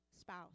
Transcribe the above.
spouse